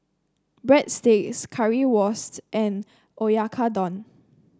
Breadsticks Currywurst and Oyakodon